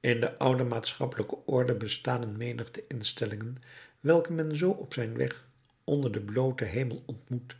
in de oude maatschappelijke orde bestaan een menigte instellingen welke men zoo op zijn weg onder den blooten hemel ontmoet